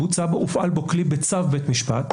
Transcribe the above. הופעל בו כלי בצו בית משפט,